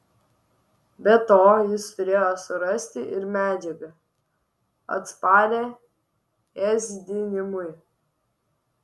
be to jis turėjo surasti ir medžiagą atsparią ėsdinimui